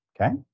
Okay